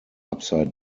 upside